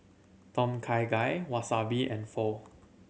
Tom Kha Gai Wasabi and Pho